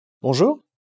Bonjour